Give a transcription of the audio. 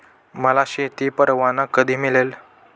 मला शेती परवाना कधी मिळेल?